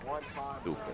Stupid